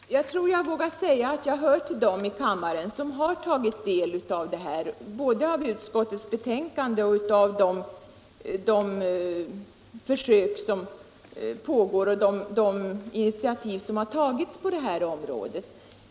Herr talman! Jag tror jag vågar säga att jag hör till dem i kammaren som har tagit del av utskottets betänkande, de försök som pågår och de initiativ som har tagits på detta område.